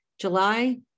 July